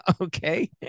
Okay